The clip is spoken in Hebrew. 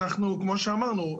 כמו שאמרנו,